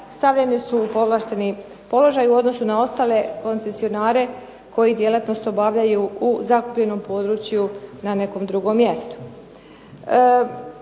stavljeni su u povlašteni položaj u odnosu na ostale koncesionare koji djelatnost obavljaju u zakupljenom području na nekom drugom mjestu.